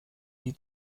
die